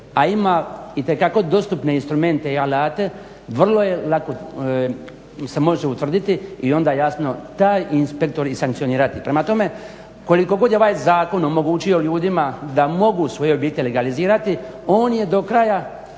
a ima itekako dostupne instrumente i alate, vrlo se lako može utvrditi i onda jasno taj inspektor i sankcionirati. Prema tome, koliko god je ovaj zakon omogućio ljudima da mogu svoje objekte legalizirati on je do kraja